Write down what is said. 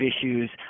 issues